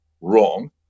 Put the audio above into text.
wrong